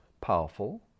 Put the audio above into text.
powerful